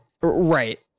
Right